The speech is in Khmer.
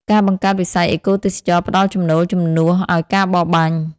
ការបង្កើតវិស័យអេកូទេសចរណ៍ផ្តល់ចំណូលជំនួសឱ្យការបរបាញ់។